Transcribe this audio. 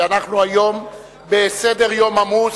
אנחנו היום בסדר-יום עמוס,